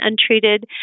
untreated